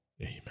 Amen